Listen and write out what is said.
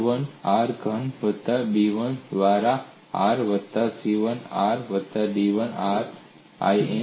A 1 r ઘન વત્તા B1 દ્વારા r વત્તા C1 r વત્તા D1 r ln r